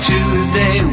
Tuesday